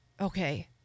okay